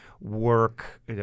Work